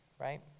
right